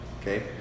okay